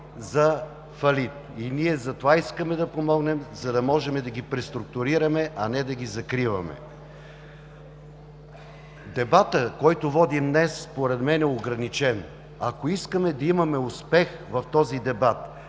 за фалит? И ние затова искаме да помогнем, за да можем да ги преструктурираме, а не да ги закриваме. Дебатът, който водим днес, според мен, е ограничен. Ако искаме да имаме успех в този дебат,